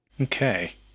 Okay